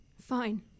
Fine